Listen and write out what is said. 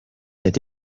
est